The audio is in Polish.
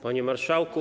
Panie Marszałku!